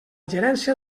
gerència